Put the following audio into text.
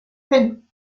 finn